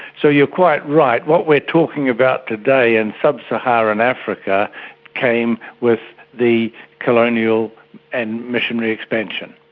so you're quite right, what we're talking about today in sub-saharan africa came with the colonial and missionary expansion.